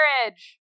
marriage